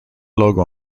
logo